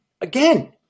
again